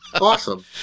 Awesome